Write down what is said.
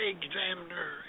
examiner